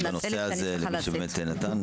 עלי לצאת ואני מתנצלת.